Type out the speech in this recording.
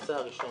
הנושא הראשון.